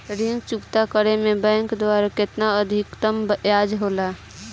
ऋण चुकौती में बैंक द्वारा केतना अधीक्तम ब्याज होला?